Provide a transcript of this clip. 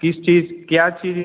किस चीज क्या चीज